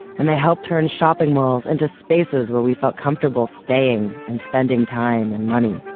and they helped turn shopping malls into spaces where we felt comfortable staying and spending time and money